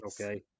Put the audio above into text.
Okay